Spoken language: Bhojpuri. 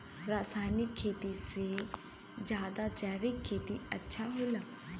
रासायनिक खेती से ज्यादा जैविक खेती अच्छा होला